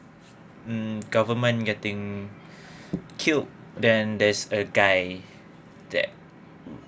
mm government getting killed then there's a guy that